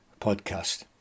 podcast